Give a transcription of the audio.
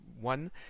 one